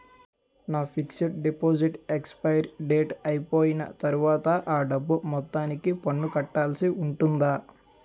నా fixed deposit expiry date అయిపోయిన తర్వాత అ డబ్బు మొత్తానికి పన్ను కట్టాల్సి ఉంటుందా?